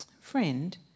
Friend